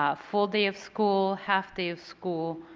ah full day of school, half day of school,